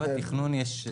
בשלב התכנון.